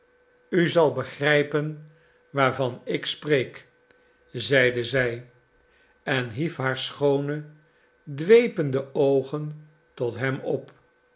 u zal begrepen waarvan ik spreek zeide zij en hief haar schoone dweepende oogen tot hem op